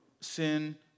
Sin